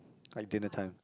like dinner time